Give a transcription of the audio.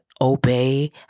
obey